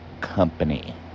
company